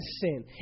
sin